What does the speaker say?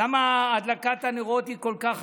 למה הדלקת הנרות היא כל כך חשובה?